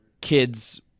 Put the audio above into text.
kids